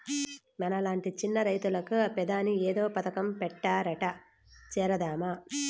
మనలాంటి చిన్న రైతులకు పెదాని ఏదో పథకం పెట్టారట చేరదామా